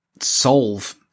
solve